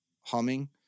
humming